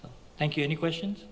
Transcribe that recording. thank you any questions